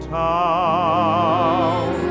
town